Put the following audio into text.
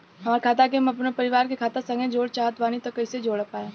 हमार खाता के हम अपना परिवार के खाता संगे जोड़े चाहत बानी त कईसे जोड़ पाएम?